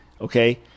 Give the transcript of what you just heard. okay